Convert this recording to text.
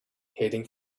heading